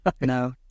no